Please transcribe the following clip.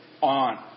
on